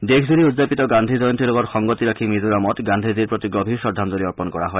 দেশজুৰি উদযাপিত গান্ধী জয়ন্তীৰ লগত সংগতি ৰাধি মিজোৰামত গান্ধীজীৰ প্ৰতি গণীৰ শ্ৰদ্বাঞ্জলি অৰ্গণ কৰা হয়